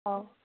ꯑꯥꯎ